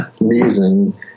reason